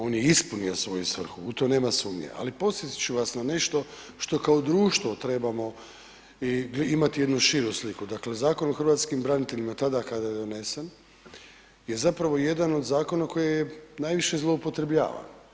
On je ispunio svoju svrhu, u to nema sumnje, ali podsjetit ću vas na nešto što kao društvo trebamo i imati jednu širu sliku, dakle Zakon o hrvatskim braniteljima, tada kada je donesen je zapravo jedan od Zakona koji je najviše zloupotrebljavan.